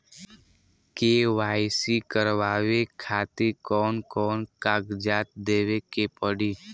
KYC करवावे खातिर कौन कौन कागजात देवे के पड़ी?